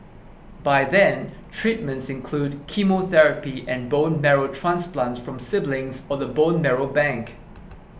by then treatments include chemotherapy and bone marrow transplants from siblings or the bone marrow bank